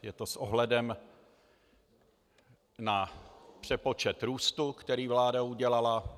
Je to s ohledem na přepočet růstu, který vláda udělala.